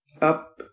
up